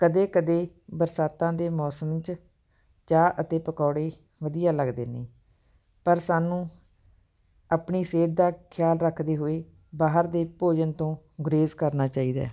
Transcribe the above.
ਕਦੇ ਕਦੇ ਬਰਸਾਤਾਂ ਦੇ ਮੌਸਮ 'ਚ ਚਾਹ ਅਤੇ ਪਕੌੜੇ ਵਧੀਆ ਲੱਗਦੇ ਨੇ ਪਰ ਸਾਨੂੰ ਆਪਣੀ ਸਿਹਤ ਦਾ ਖਿਆਲ ਰੱਖਦੇ ਹੋਏ ਬਾਹਰ ਦੇ ਭੋਜਨ ਤੋਂ ਗੁਰੇਜ਼ ਕਰਨਾ ਚਾਹੀਦਾ